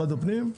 הפנים,